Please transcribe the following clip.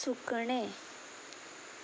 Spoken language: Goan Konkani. सुकणें